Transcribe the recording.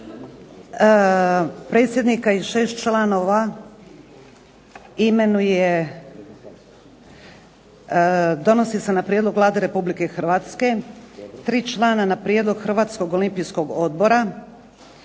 Predsjednika i 6 članova imenuje, donosi se na prijedlog Vlade Republike Hrvatske. Tri člana na prijedlog Hrvatskog olimpijskog odbora,